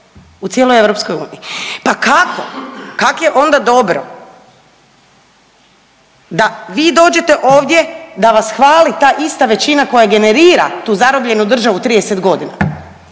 u cijeloj EU, pa kako, kak je onda dobro da vi dođete ovdje da vas hvali ta ista većina koja generira tu zarobljenu državu 30.g., a